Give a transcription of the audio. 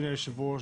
אדוני היושב-ראש,